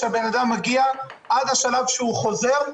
כשהבן אדם מגיע עד השלב שהוא חוזר,